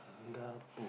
Singapore